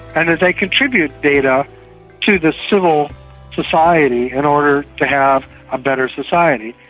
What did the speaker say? and as they contribute data to the civil society in order to have a better society,